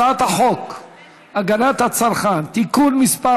הצעת חוק הגנת הצרכן, (תיקון מס'